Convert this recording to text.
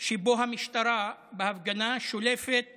שבו המשטרה בהפגנה שולפת